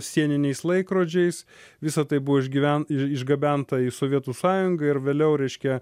sieniniais laikrodžiais visa tai buvo iš gyvent i išgabenta į sovietų sąjungą ir vėliau reiškia